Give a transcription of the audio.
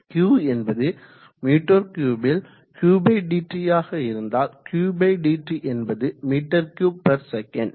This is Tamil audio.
Q என்பது m3 ல் Qdt இருந்தால் Qdt என்பது மீட்டர் கியூப் பெர் செகண்ட்